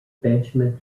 benjamin